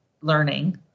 learning